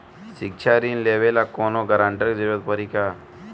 शिक्षा ऋण लेवेला कौनों गारंटर के जरुरत पड़ी का?